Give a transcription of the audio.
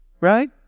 Right